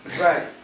Right